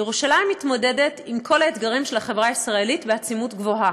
ירושלים מתמודדת עם כל האתגרים של החברה הישראלית בעצימות גבוהה.